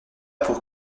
pour